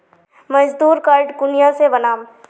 मजदूर कार्ड कुनियाँ से बनाम?